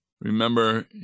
Remember